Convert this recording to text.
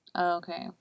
okay